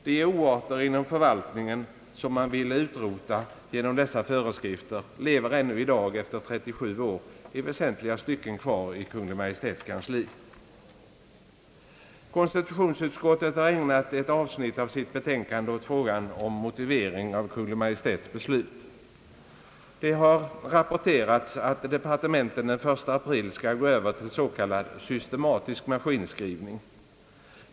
De oarter inom förvaltningen, som man ville utrota genom dessa föreskrifter, lever ännu i dag — efter 37 år — i väsentliga stycken kvar i Kungl. Maj:ts kansli. Konstitutionsutskottet har ägnat ett avsnitt av sitt betänkande åt frågan om motivering av Kungl. Maj:ts beslut. Det har rapporterats att departementen den 1 april skall gå över till s.k. systematisk maskinskrivning.